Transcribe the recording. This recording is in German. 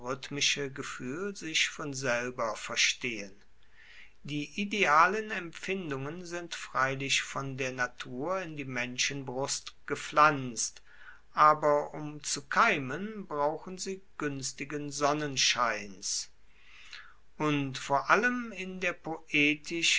rhythmische gefuehl sich von selber verstehen die idealen empfindungen sind freilich von der natur in die menschenbrust gepflanzt aber um zu keimen brauchen sie guenstigen sonnenscheins und vor allem in der poetisch